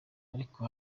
ariko